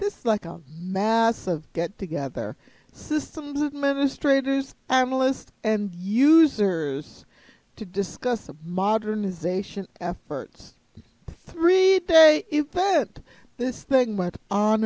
is like a mass of get together systems administrators analyst and users to discuss a modernization efforts three day event this thing went on